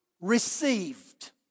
received